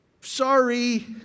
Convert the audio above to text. sorry